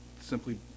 simply